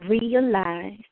realize